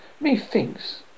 methinks